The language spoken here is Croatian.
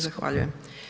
Zahvaljujem.